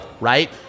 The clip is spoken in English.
Right